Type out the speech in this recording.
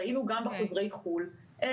ראינו גם בחוזרי חו"ל דלתא,